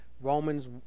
Romans